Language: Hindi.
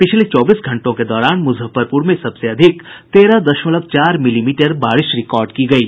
पिछले चौबीस घंटों के दौरान मुजफ्फरपुर में सबसे अधिक तेरह दशमलव चार मिलीमीटर बारिश रिकॉर्ड की गयी